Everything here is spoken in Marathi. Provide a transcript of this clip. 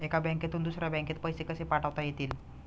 एका बँकेतून दुसऱ्या बँकेत पैसे कसे पाठवता येतील?